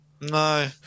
No